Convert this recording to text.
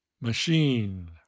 Machine